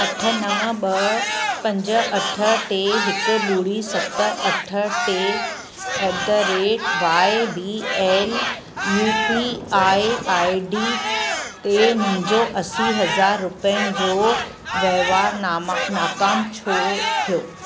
अठ नव ॿ पंज अठ टे हिकु ॿुड़ी सत अठ टे at the rate Y B L U P I I D ते मुंहिंजो असी हज़ार रुपियनि जो वहिंवार नामा नाक़ाम छो थियो